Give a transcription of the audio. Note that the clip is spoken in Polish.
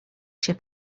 się